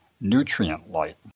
nutrient-light